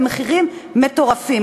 במחירים מטורפים.